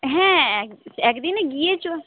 হ্যাঁ একদিনে গিয়ে